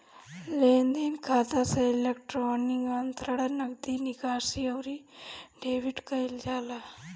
लेनदेन खाता से इलेक्ट्रोनिक अंतरण, नगदी निकासी, अउरी डेबिट कईल जाला